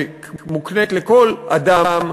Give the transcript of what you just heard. שמוקנית לכל אדם,